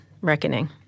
reckoning